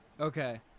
Okay